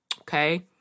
okay